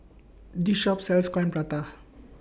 This Shop sells Coin Prata